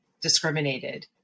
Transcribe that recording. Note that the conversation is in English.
discriminated